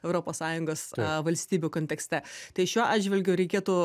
europos sąjungos valstybių kontekste tai šiuo atžvilgiu reikėtų